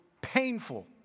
painful